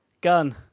Gun